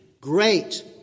Great